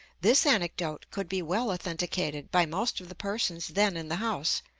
this anecdote could be well authenticated by most of the persons then in the house,